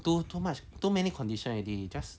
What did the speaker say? too too much too many condition already you just